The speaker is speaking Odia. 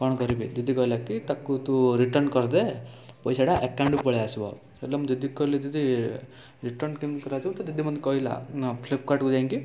କ'ଣ କରିବି ଦିଦି କହିଲା କି ତାକୁ ତୁ ରିଟର୍ନ କରିଦେ ପଇସାଟା ଏକାଉଣ୍ଟକୁ ପଳେଇଆସିବ ହେଲେ ମୁଁ ଦିଦି କି କହିଲି ଦିଦି ରିଟର୍ନ କେମିତି କରାଯିବ ତ ଦିଦି ମୋତେ କହିଲା ନା ଫ୍ଲିପକାର୍ଟକୁ ଯାଇଁକି